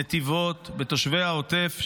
נתיבות ותושבי העוטף,